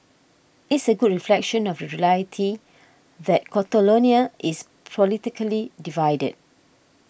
it's a good reflection of the reality that Catalonia is politically divided